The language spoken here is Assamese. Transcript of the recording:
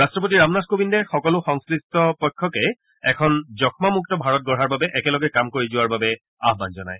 ৰট্টপতি ৰামনাথ কোৱিন্দে সকলো সংশ্লিষ্ট সকলো পক্ষকে এখন যক্ষ্মা মুক্ত ভাৰত গঢ়াৰ বাবে একেলগে কাম কৰি যোৱাৰ বাবে আহান জনায়